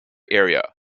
area